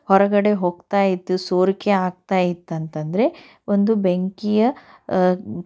ಹೊರಗಡೆ ಹೋಗ್ತಾ ಇತ್ತು ಸೋರಿಕೆ ಆಗ್ತಾ ಇತ್ತು ಅಂತಂದರೆ ಒಂದು ಬೆಂಕಿಯ